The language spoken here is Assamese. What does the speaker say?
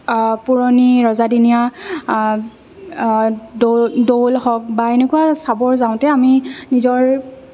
পুৰণি ৰজাদিনীয়া দৌল হওক বা এনেকুৱা চাবৰ যাওঁতে আমি নিজৰ